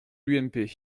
l’ump